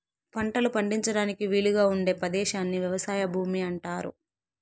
పంటలు పండించడానికి వీలుగా ఉండే పదేశాన్ని వ్యవసాయ భూమి అంటారు